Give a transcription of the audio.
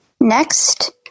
Next